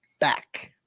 back